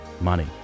money